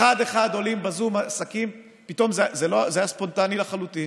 אחד-אחד עולים בזום עסקים זה היה ספונטני לחלוטין,